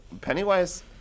pennywise